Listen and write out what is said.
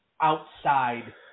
outside